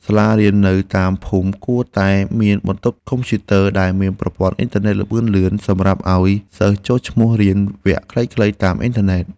សាលារៀននៅតាមភូមិគួរតែមានបន្ទប់កុំព្យូទ័រដែលមានប្រព័ន្ធអ៊ីនធឺណិតល្បឿនលឿនសម្រាប់ឱ្យសិស្សចុះឈ្មោះរៀនវគ្គខ្លីៗតាមអ៊ីនធឺណិត។